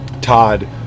Todd